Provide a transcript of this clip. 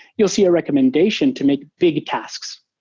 you'll see a recommendation to make big tasks.